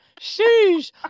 Sheesh